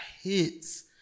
hits